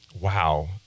wow